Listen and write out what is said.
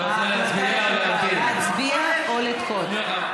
אתה רוצה להצביע או להמתין?